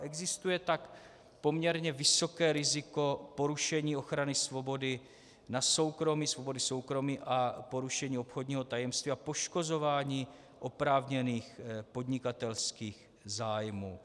Existuje tak poměrně vysoké riziko porušení ochrany svobody, svobody soukromí a porušení obchodního tajemství a poškozování oprávněných podnikatelských zájmů.